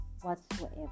whatsoever